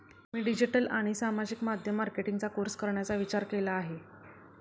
मी digital आणि सामाजिक माध्यम मार्केटिंगचा कोर्स करण्याचा विचार केला आहे